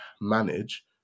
manage